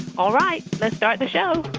all right. let's start the show